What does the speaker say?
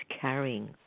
carrying